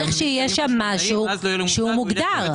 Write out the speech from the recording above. צריך שיהיה שם משהו שהוא מוגדר.